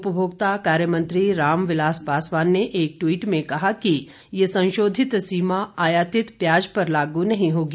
उपभोक्ता कार्यमंत्री रामविलास पासवान ने एक ट्वीट में कहा कि यह संशोधित सीमा आयातित प्याज पर लागू नहीं होगी